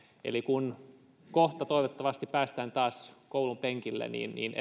eli kun kohta toivottavasti päästään taas koulunpenkille niin niin